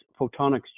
photonics